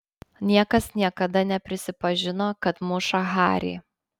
niekas niekada neprisipažino kad muša harį